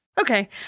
Okay